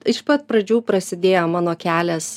iš pat pradžių prasidėjo mano kelias